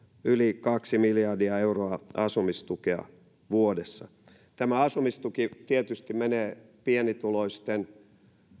yli kaksi miljardia euroa asumistukea vuodessa tämä asumistuki tietysti menee pienituloisten